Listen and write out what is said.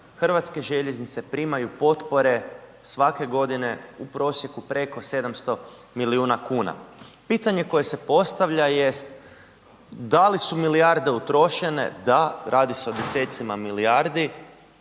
Hrvatske željeznice primaju potpore svake godine u prosjeku preko 700 milijuna kuna. Pitanje koje se postavlja jest, da li su milijarde utrošene, da, radi se o desecima milijardi,